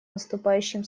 поступающим